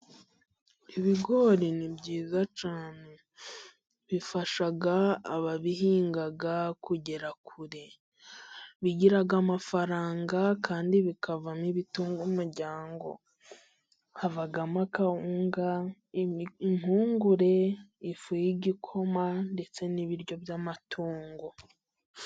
Ibigori ni byiza cyane bifasha ababihinga kugera kure, bigira amafaranga kandi bikavamo ibitunga umuryango. Havamo kawunga ,impungure, ifu y'igikoma, ndetse n'ibiryo by'amatungo.